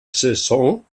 saison